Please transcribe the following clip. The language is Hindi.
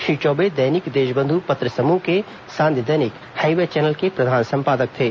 श्री चौबे दैनिक देशबंध् पत्र समूह के सांध्य दैनिक हाईवे चैनल के प्रधान संपादक थे